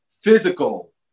physical